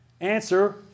Answer